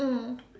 mm